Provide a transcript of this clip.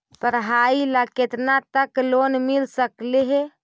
पढाई ल केतना तक लोन मिल सकले हे?